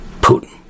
Putin